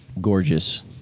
gorgeous